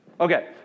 Okay